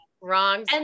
Wrong